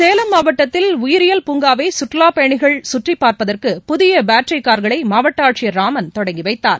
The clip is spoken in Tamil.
சேலம் மாவட்டத்தில் உயிரியல் பூங்காவை கற்றுவாப் பயணிகள் கற்றிப் பார்ப்பதற்கு புதிய பேட்டரி கார்களை மாவட்ட ஆட்சியர் ராமன் தொடங்கிவைத்தார்